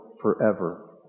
forever